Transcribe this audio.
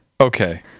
Okay